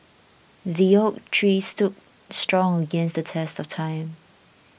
the oak tree stood strong against the test of time